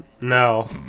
No